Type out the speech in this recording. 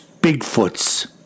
Bigfoots